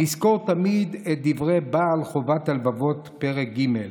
נזכור תמיד את דברי בעל חובת הלבבות, פרק ג':